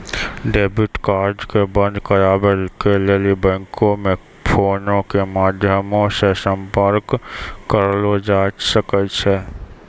debit card के बंद कराबै के लेली बैंको मे फोनो के माध्यमो से संपर्क करलो जाय सकै छै